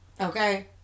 okay